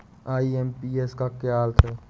IMPS का क्या अर्थ है?